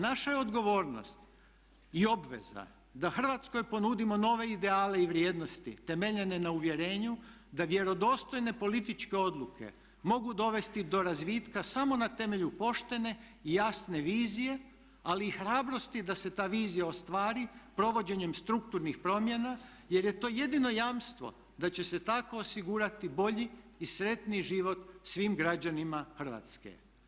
Naša je odgovornost i obveza da Hrvatskoj ponudimo nove ideale i vrijednosti temeljene na uvjerenju da vjerodostojne političke odluke mogu dovesti do razvitka samo na temelju poštene i jasne vizije ali i hrabrosti da se ta vizija ostvari provođenjem strukturnih promjena jer je to jedino jamstvo da će se tako osigurati bolji i sretniji život svim građanima Hrvatske.